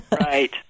Right